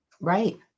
Right